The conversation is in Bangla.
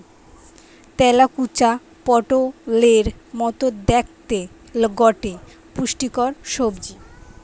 তেলাকুচা পটোলের মতো দ্যাখতে গটে পুষ্টিকর সবজি